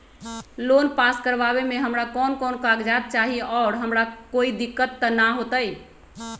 Loan पास करवावे में हमरा कौन कौन कागजात चाही और हमरा कोई दिक्कत त ना होतई?